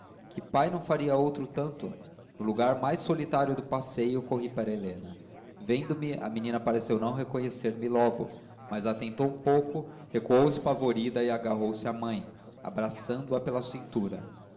que pai não faria outro tanto no lugar mais solitário do passeio corri para helena vendo-me a menina pareceu não reconhecer me logo mas tentou um pouco recuou espavorida e agarrou-se à mãe abraçando a pela cintura